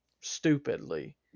stupidly